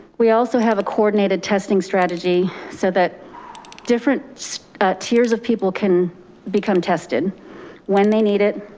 we also have a coordinated testing strategy so that different tiers of people can become tested when they need it,